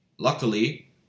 Luckily